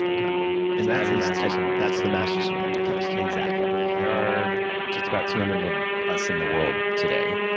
like and and that's the master sommelier program. that's the master sommelier test? exactly. there are just about two hundred of us in the world today.